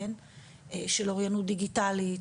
של אוריינות דיגיטלית,